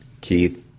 Keith